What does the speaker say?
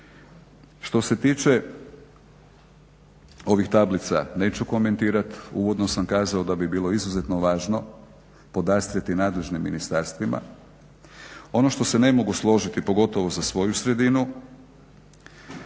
Što se tiče ovih tablica, neću komentirati, uvodno sam kazao da bi bilo izuzetno važno podastrijeti nadležne ministarstvima. Ono što se ne mogu složiti, pogotovo za svoju sredinu